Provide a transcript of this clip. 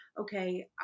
okay